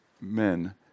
men